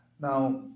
Now